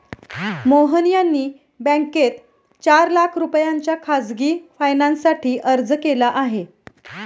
मोहन यांनी बँकेत चार लाख रुपयांच्या खासगी फायनान्ससाठी अर्ज केला आहे